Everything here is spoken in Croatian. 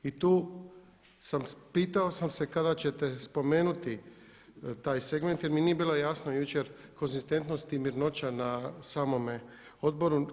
I tu, pitao sam se kada ćete spomenuti taj segment jer mi nije bilo jasno jučer konzistentnost i mirnoća na samome odboru.